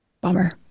Bummer